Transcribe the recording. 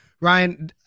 Ryan